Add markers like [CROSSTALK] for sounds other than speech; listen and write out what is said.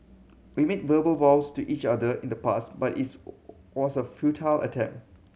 we made verbal vows to each other in the past but it's [UNINTELLIGIBLE] was a futile attempt